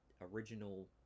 original